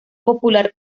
popular